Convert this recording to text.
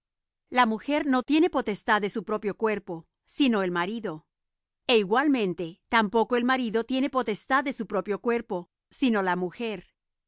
la mujer no tiene potestad de su propio cuerpo sino el marido é igualmente tampoco el marido tiene potestad de su propio cuerpo sino la mujer